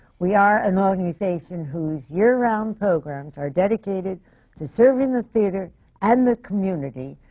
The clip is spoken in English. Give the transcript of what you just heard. we are an organization whose year-round programs are dedicated to serving the theatre and the community,